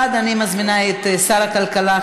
אני מזמינה את שר הכלכלה,